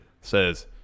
says